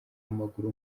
w’amaguru